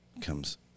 comes